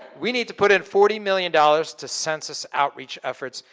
we need to put in forty million dollars to census outreach efforts,